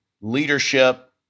leadership